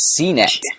CNET